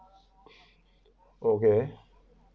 okay